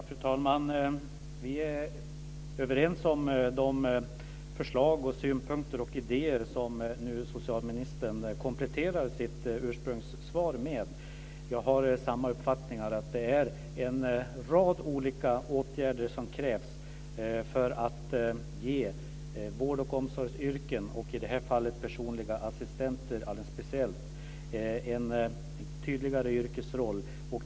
Fru talman! Vi är överens om de förslag, synpunkter och idéer som socialministern nu kompletterar sitt ursprungssvar med. Jag har samma uppfattning. Det är en rad olika åtgärder som krävs för att ge vård och omsorgsyrken, i det här fallet alldeles speciellt personliga assistenter, en tydligare yrkesroll.